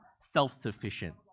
self-sufficient